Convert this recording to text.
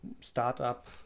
startup